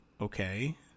Okay